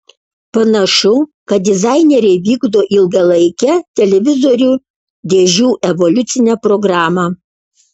panašu kad dizaineriai vykdo ilgalaikę televizorių dėžių evoliucine programa